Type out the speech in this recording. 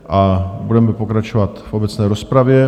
A budeme pokračovat v obecné rozpravě.